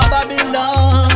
Babylon